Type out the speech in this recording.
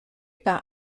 par